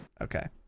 Okay